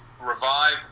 revive